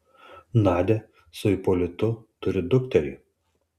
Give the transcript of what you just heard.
nadia su ipolitu turi dukterį